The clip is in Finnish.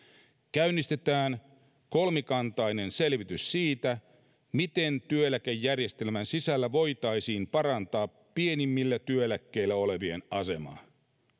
käynnistetään kolmikantainen selvitys siitä miten työeläkejärjestelmän sisällä voitaisiin parantaa pienimmillä työeläkkeillä olevien asemaa tämä